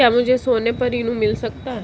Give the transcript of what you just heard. क्या मुझे सोने पर ऋण मिल सकता है?